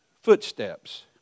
footsteps